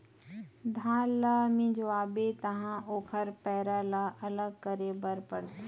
धान ल मिंजवाबे तहाँ ओखर पैरा ल अलग करे बर परथे